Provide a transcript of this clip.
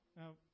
Now